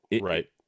Right